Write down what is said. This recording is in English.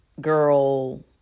girl